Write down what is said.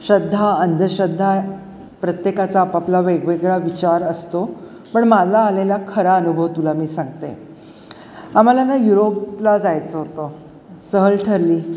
श्रद्धा अंधश्रद्धा प्रत्येकाचा आपापला वेगवेगळा विचार असतो पण मला आलेला खरा अनुभव तुला मी सांगते आम्हाला ना युरोपला जायचं होतं सहल ठरली